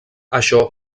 això